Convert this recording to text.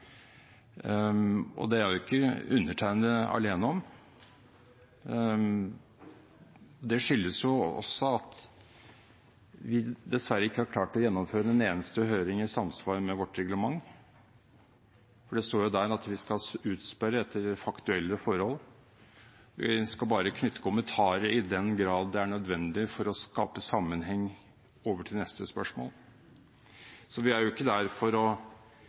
er ikke undertegnede alene om. Det skyldes også at vi dessverre ikke har klart å gjennomføre en eneste høring i samsvar med vårt reglement. Det står der at vi skal utspørre etter faktuelle forhold. Vi skal bare knytte kommentarer i den grad det er nødvendig for å skape sammenheng over til neste spørsmål. Vi er ikke der for å